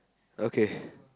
okay